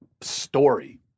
story